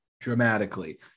dramatically